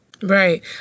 Right